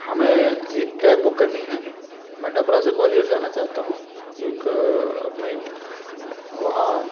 हमें एक cab book करनी है मैं डबरा से ग्वालियर जाना चाहता हूँ एक अपने वहाँ